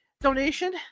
donation